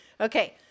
Okay